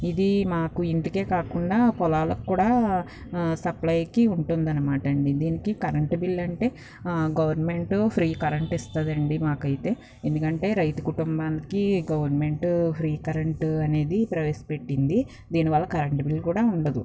ఇది మాకు ఇంటికే కాకుండా పొలాలకు కూడా సప్లైకి ఉంటుందన్నమాట అండి దీనికి కరెంట్ బిల్ అంటే గవర్నమెంట్ ఫ్రీ కరెంట్ ఇస్తుందండి మాకు అయితే ఎందుకంటే రైతు కుటుంబానికి గవర్నమెంట్ ఫ్రీ కరెంటు అనేది ప్రవేశపెట్టింది దీనివల్ల కరెంటు బిల్ కూడా ఉండదు